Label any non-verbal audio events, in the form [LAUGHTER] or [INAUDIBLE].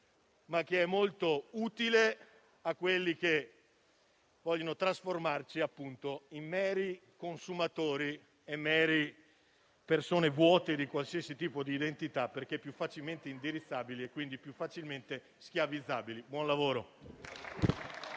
ma che è molto utile a chi vuole trasformarci in meri consumatori e in persone vuote di qualsiasi tipo di identità, perché più facilmente indirizzabili e, quindi, più facilmente schiavizzabili. [APPLAUSE]